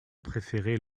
préféré